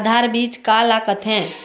आधार बीज का ला कथें?